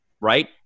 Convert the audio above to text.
right